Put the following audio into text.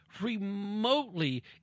remotely